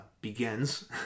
begins